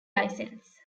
license